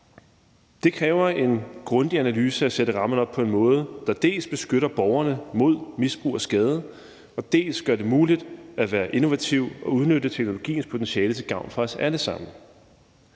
Det kræver en grundig analyse at sætte rammerne op på en måde, der dels beskytter borgerne mod misbrug og skade, dels gør det muligt at være innovativ og udnytte teknologiens potentiale til gavn for os alle sammen.